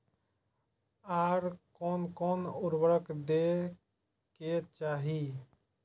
आर कोन कोन उर्वरक दै के चाही?